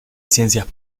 ciencias